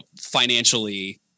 financially